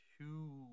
two